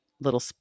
little